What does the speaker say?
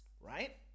right